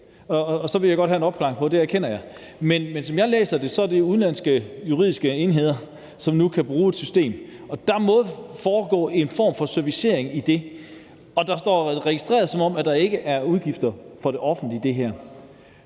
men så vil jeg godt have en opklaring på det. Men som jeg læser det, er det udenlandske juridiske enheder, som nu kan bruge et system, og der må foregå en form for servicering i det. Det står registreret, som om der ikke er udgifter for det offentlige i det her,